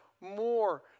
more